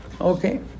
Okay